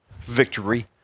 victory